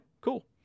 cool